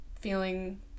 feeling